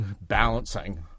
balancing